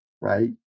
right